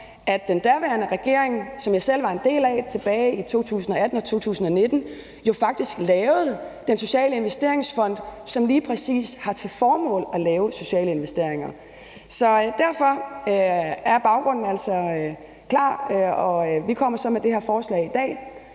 at den daværende regering, som jeg selv var en del af tilbage i 2018 og 2019, jo faktisk lavede Den Sociale Investeringsfond, som lige præcis har til formål at lave sociale investeringer. Så derfor er baggrunden altså klar, og vi kommer så med det her forslag i dag.